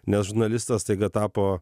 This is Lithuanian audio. nes žurnalistas staiga tapo